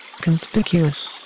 Conspicuous